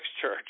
church